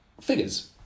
figures